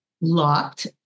locked